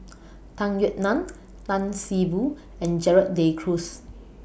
Tung Yue Nang Tan See Boo and Gerald De Cruz